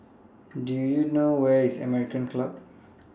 Do YOU know Where IS American Club